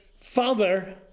father